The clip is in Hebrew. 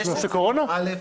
עודד